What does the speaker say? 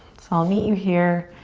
so i'll meet you here.